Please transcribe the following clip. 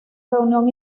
reunión